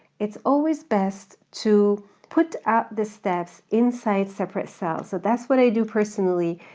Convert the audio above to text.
it's always best to put out the steps inside separate cells. so that's what i do personally.